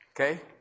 Okay